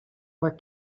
were